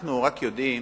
אנחנו יודעים